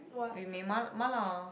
with me ma~ mala